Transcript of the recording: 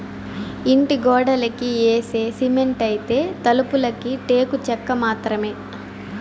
ఇంటి గోడలకి యేసే సిమెంటైతే, తలుపులకి టేకు చెక్క మాత్రమే